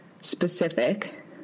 specific